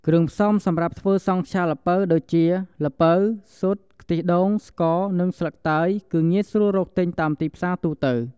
គ្រឿងផ្សំសម្រាប់ធ្វើសង់ខ្យាល្ពៅ ដូចជា ល្ពៅ ស៊ុត ខ្ទិះដូង ស្ករ និងស្លឹកតើយ គឺងាយស្រួលរកទិញតាមទីផ្សារទូទៅ។